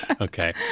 Okay